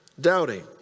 doubting